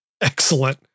Excellent